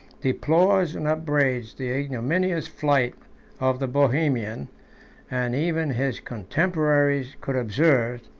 deplores and upbraids the ignominious flight of the bohemian and even his contemporaries could observe,